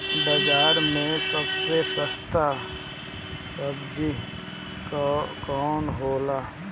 बाजार मे सबसे सस्ता सबजी कौन होला?